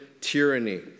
tyranny